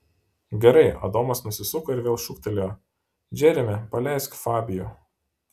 gerai adomas nusisuko ir vėl šūktelėjo džeremi paleisk fabijų